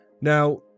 Now